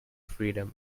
freedom